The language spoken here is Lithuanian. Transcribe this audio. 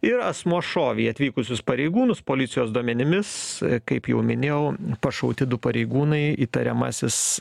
ir asmuo šovė į atvykusius pareigūnus policijos duomenimis kaip jau minėjau pašauti du pareigūnai įtariamasis